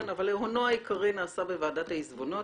אבל הונו העיקרי נצבר בוועדת העיזבונות.